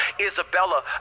Isabella